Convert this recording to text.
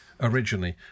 originally